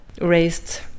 raised